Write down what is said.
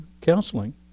counseling